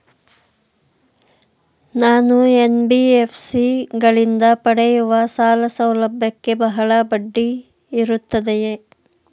ನಾನು ಎನ್.ಬಿ.ಎಫ್.ಸಿ ಗಳಿಂದ ಪಡೆಯುವ ಸಾಲ ಸೌಲಭ್ಯಕ್ಕೆ ಬಹಳ ಬಡ್ಡಿ ಇರುತ್ತದೆಯೇ?